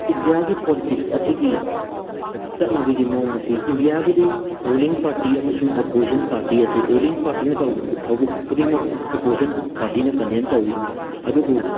ꯏꯟꯗꯤꯌꯥꯒꯤ ꯄꯣꯂꯤꯇꯤꯛꯁ ꯑꯁꯤꯒꯤ ꯆꯠꯅꯕꯒꯤ ꯃꯑꯣꯡ ꯑꯁꯤ ꯏꯟꯗꯤꯌꯥꯒꯤꯗꯤ ꯔꯨꯂꯤꯡ ꯄꯥꯔꯇꯤ ꯑꯃꯁꯨꯡ ꯑꯣꯄꯣꯖꯤꯁꯟ ꯄꯥꯔꯇꯤ ꯑꯁꯦ ꯔꯨꯂꯤꯡ ꯄꯥꯔꯇꯤꯅ ꯇꯧꯕ ꯊꯕꯛ ꯈꯨꯗꯤꯡꯃꯛ ꯑꯣꯄꯣꯖꯤꯁꯟ ꯄꯥꯔꯇꯤꯅ ꯀꯟꯗꯦꯝ ꯇꯧꯋꯤ ꯑꯗꯨꯕꯨ